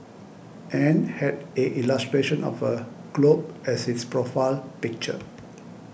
and had a illustration of a globe as its profile picture